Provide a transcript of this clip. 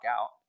out